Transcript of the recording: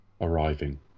arriving